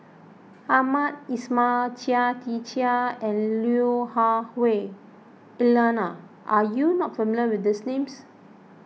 Hamed Ismail Chia Tee Chiak and Lui Hah Wah Elena are you not familiar with these names